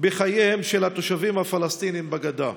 בחייהם של התושבים הפלסטינים בגדה.